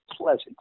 pleasant